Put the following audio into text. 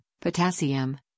potassium